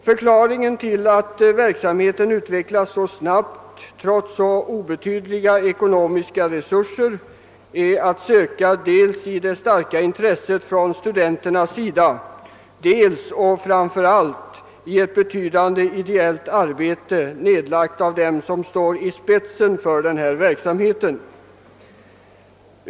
Förklaringen till att verksamheten utvecklats så snabbt trots obetydliga ekonomiska resurser är att söka dels i det starka intresset från studenternas sida, dels och framför allt i ett betydande ideellt arbete, nedlagt av dem som står i spetsen för denna verksamhet.